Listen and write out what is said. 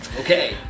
Okay